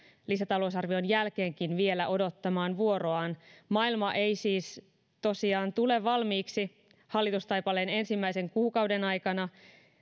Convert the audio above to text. lisätalousarvion jälkeenkin vielä odottamaan vuoroaan maailma ei siis tosiaan tule valmiiksi hallitustaipaleen ensimmäisen kuukauden aikana